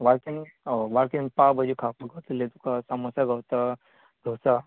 वाळकेन वाळकेन पाव भाजी खावपाक गावतलें तुकां सामोसा गावता डोसा